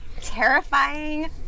terrifying